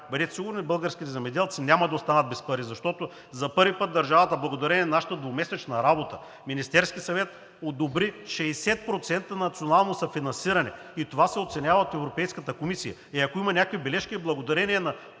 Бъдете сигурни: българските земеделци няма да останат без пари, защото за първи път държавата, благодарение на нашата 2-месечна работа, Министерският съвет одобри 60% национално съфинансиране и това се оценява от Европейската комисия. Ако има някакви бележки, е благодарение на